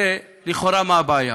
הרי לכאורה מה הבעיה?